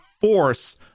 force